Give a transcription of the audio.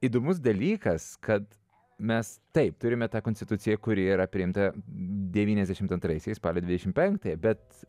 įdomus dalykas kad mes taip turime tą konstituciją kuri yra priimta devyniasdešimt antraisiais spalio dvidešimt penktąją bet